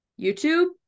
YouTube